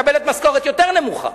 מקבלת משכורת יותר נמוכה.